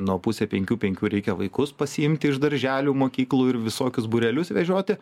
nuo pusę penkių penkių reikia vaikus pasiimti iš darželių mokyklų ir visokius būrelius vežioti